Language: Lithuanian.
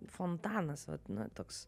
fontanas vat na toks